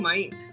Mind